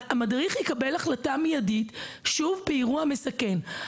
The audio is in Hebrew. המדריך יקבל החלטה מיידית באירוע מסכן.